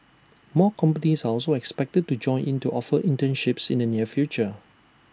more companies are also expected to join in to offer internships in the near future